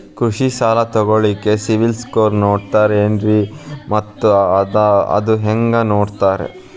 ಕೃಷಿ ಸಾಲ ತಗೋಳಿಕ್ಕೆ ಸಿಬಿಲ್ ಸ್ಕೋರ್ ನೋಡ್ತಾರೆ ಏನ್ರಿ ಮತ್ತ ಅದು ಹೆಂಗೆ ನೋಡ್ತಾರೇ?